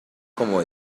como